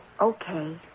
Okay